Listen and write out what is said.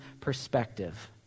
perspective